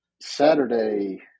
Saturday